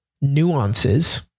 nuances